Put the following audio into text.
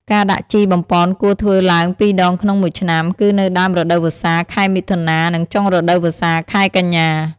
ការដាក់ជីបំប៉នគួរធ្វើឡើងពីរដងក្នុងមួយឆ្នាំ គឺនៅដើមរដូវវស្សា (ខែមិថុនា) និងចុងរដូវវស្សា (ខែកញ្ញា)។